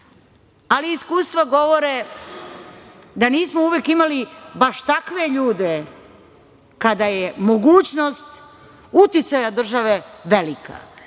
ali iskustva govore da nismo uvek imali baš takve ljude kada je mogućnost uticaja države velika. Ponovo